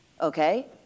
Okay